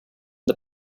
the